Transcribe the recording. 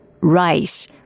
rice